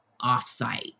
offsite